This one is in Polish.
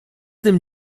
tym